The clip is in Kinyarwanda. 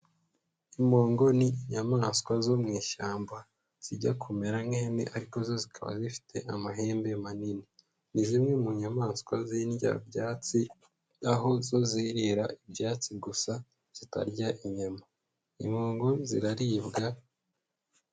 Impongo ni inyamaswa zo mu ishyamba zijya kumera nk'ihene ariko zo zikaba zifite amahembe manini, ni zimwe mu nyamaswa z'indyabyatsi aho zo zirira ibyatsi gusa zitarya inyama, impongu ziraribwa.